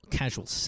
casual